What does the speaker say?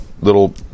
little